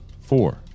four